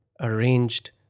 arranged